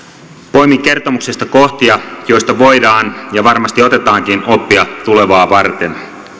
poimin kertomuksesta kohtia joista voidaan ottaa ja varmasti otetaankin oppia tulevaa varten